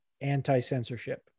anti-censorship